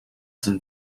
zijn